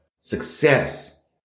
success